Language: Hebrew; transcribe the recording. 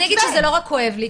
אז אני אגיד שזה לא רק כואב לי.